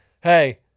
hey